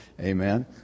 Amen